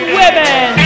women